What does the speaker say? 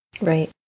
Right